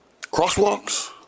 crosswalks